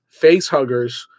facehuggers